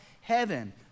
heaven